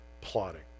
plotting